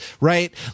right